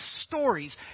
stories